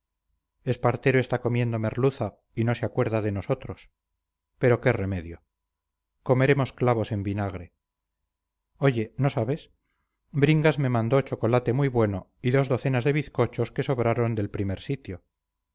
serviles espartero está comiendo merluza y no se acuerda de nosotros pero qué remedio comeremos clavos en vinagre oye no sabes bringas me mandó chocolate muy bueno y dos docenas de bizcochos que sobraron del primer sitio